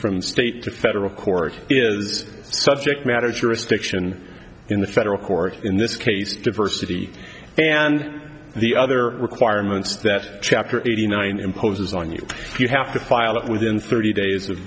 from state to federal court is subject matter jurisdiction in the federal court in this case diversity and the other requirements that chapter eighty nine imposes on you you have to file it within thirty days of